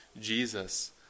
Jesus